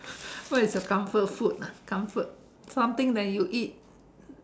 what is your comfort food ah comfort something that you eat